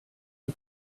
and